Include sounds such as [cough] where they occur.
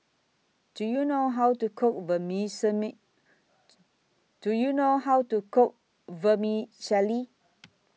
Do YOU know How to Cook [unintelligible] Do YOU know How to Cook Vermicelli